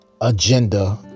agenda